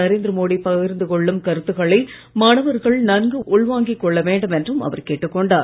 நரேந்திரமோடி பகிர்ந்து கொள்ளும் கருத்துக்களை மாணவர்கள் நன்கு உள்வாங்கிக் கொள்ள வேண்டும் என்றும் அவர் கேட்டுக் கொண்டார்